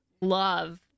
love